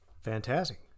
fantastic